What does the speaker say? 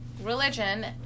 religion